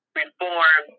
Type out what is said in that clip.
reform